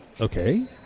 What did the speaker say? okay